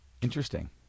interesting